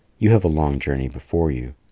you have a long journey before you.